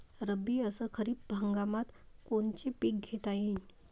रब्बी अस खरीप हंगामात कोनचे पिकं घेता येईन?